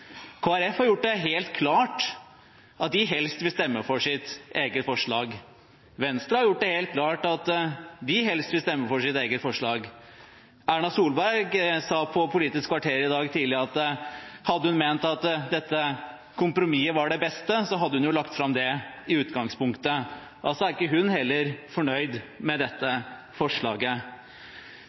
Folkeparti har gjort det helt klart at de helst vil stemme for sitt eget forslag. Venstre har gjort det helt klart at de helst vil stemme for sitt eget forslag. Erna Solberg sa i Politisk kvarter i dag tidlig at hadde hun ment at dette kompromisset var det beste, hadde hun jo lagt fram det i utgangspunktet. Altså er ikke hun heller fornøyd med dette forslaget.